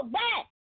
back